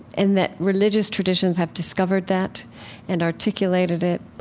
and that religious traditions have discovered that and articulated it,